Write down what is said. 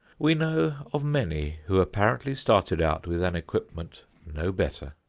we know of many who apparently started out with an equipment no better.